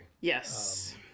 Yes